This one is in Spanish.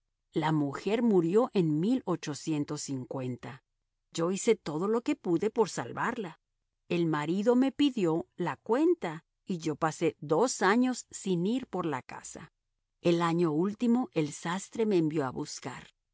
la mujer murió en yo hice todo lo que pude por salvarla el marido me pidió la cuenta y yo pasé dos años sin ir por la casa el año último el sastre me envió a buscar